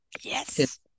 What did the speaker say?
Yes